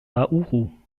nauru